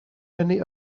many